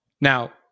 Now